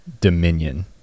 dominion